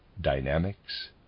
Dynamics